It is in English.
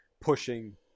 pushing